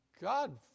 God